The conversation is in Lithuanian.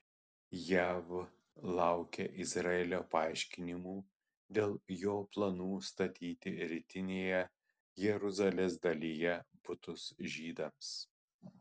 jav laukia izraelio paaiškinimų dėl jo planų statyti rytinėje jeruzalės dalyje butus žydams